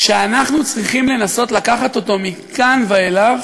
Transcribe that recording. שאנחנו צריכים לנסות לקחת אותו מכאן ואילך,